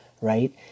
right